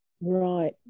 Right